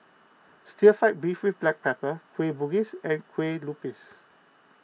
Stir Fry Beef with Black Pepper Kueh Bugis and Kue Lupis